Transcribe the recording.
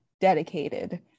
dedicated